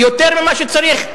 יותר ממה שצריך,